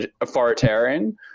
authoritarian